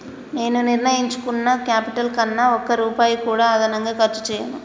నేను నిర్ణయించుకున్న క్యాపిటల్ కన్నా ఒక్క రూపాయి కూడా అదనంగా ఖర్చు చేయను